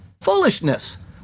foolishness